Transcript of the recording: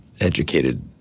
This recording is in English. educated